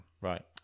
right